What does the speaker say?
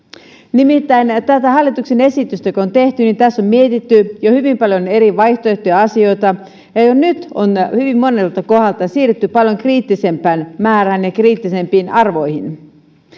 nimittäin tässä hallituksen esityksessä joka on tehty on jo mietitty hyvin paljon eri vaihtoehtoja ja asioita ja jo nyt on hyvin monelta kohdalta siirrytty paljon kriittisempään määrään ja kriittisempiin arvoihin